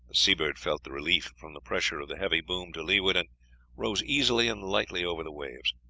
the seabird felt the relief from the pressure of the heavy boom to leeward and rose easily and lightly over the waves.